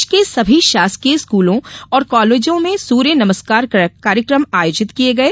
प्रदेश के सभी शासकीय स्कूलों और कॉलेजों में सूर्य नमस्कार कार्यक्रम आयोजित किये गये